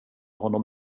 honom